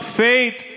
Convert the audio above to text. faith